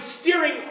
steering